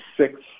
six